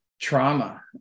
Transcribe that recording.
trauma